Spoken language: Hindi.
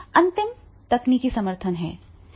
अंतिम तकनीकी समर्थन है